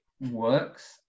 works